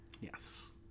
Yes